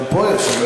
גם פה יש.